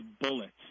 bullets